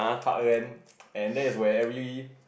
heartland and that's where every